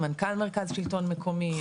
מנכ"ל מרכז השלטון המקומי.